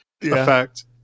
effect